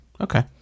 okay